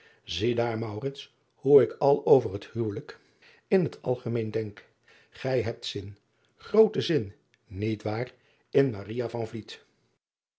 daar hoe ik al over het huwelijk in het algemeen denk ij hebt zin grooten zin niet waar in